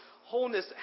wholeness